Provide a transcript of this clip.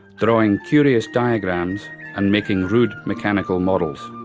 drawing curious diagrams and making rude mechanical models.